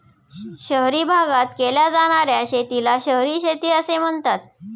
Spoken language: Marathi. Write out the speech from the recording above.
शहरी भागात केल्या जाणार्या शेतीला शहरी शेती असे म्हणतात